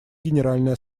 генеральной